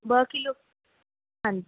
ॿ किलो खीर हा